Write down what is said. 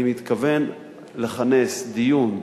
אני מתכוון לכנס דיון.